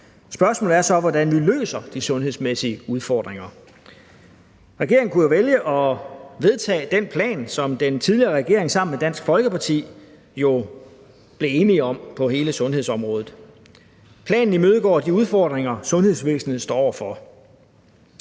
Spørgsmålet er så, hvordan vi løser de sundhedsmæssige udfordringer. Regeringen kunne jo vælge at vedtage den plan, som den tidligere regering sammen med Dansk Folkeparti jo blev enige om på hele sundhedsområdet. Planen imødegår de udfordringer, sundhedsvæsenet står over for.